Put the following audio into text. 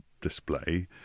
display